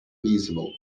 feasible